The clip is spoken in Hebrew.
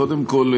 קודם כול,